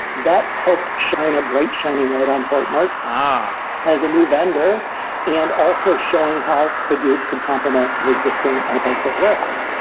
that helped shine a bright shining light on hortonworks ah as a new vendor and also showing how hadoop can complement an existing enterprise data warehouse.